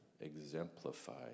exemplified